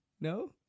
No